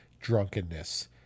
drunkenness